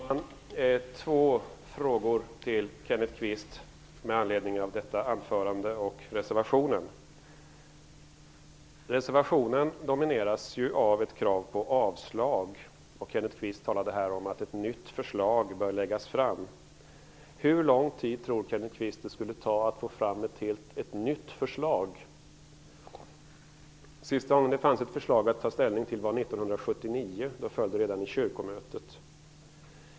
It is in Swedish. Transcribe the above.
Herr talman! Jag har två frågor till Kenneth Kvist med anledning av detta anförande och reservationen. Reservationen domineras ju av ett krav på avslag. Kenneth Kvist talade om att ett nytt förslag bör läggas fram. Hur lång tid tror Kenneth Kvist att det skulle ta att få fram ett helt nytt förslag? Senast som det fanns ett förslag att ta ställning till var 1979, och då förkastades det redan på kyrkomötet.